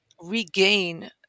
regain